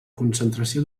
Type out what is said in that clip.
concentració